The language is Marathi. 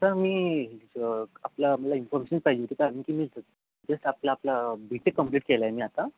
सर मी आपलं मला इन्फॉर्मेशन पाहिजे होती कारण की मी जस्ट आपला आपला बी टेक कम्प्लिट केलं आहे मी आत्ता